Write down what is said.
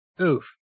Oof